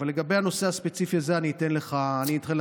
אבל לגבי הנושא הספציפי הזה, אני אתן לך תשובה.